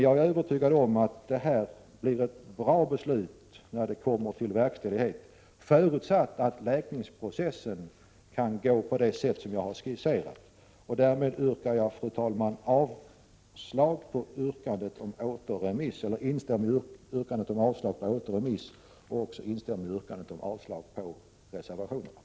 Jag är övertygad om att beslutet om utflyttning till Karlskrona blir ett bra beslut när det kommer till verkställighet, förutsatt att läkningsprocessen kan gå på det sätt som jag har skisserat. Fru talman! Jag instämmer som sagt i yrkandet om avslag på återremissyrkandet och också i yrkandet om avslag på reservationerna.